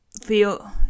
feel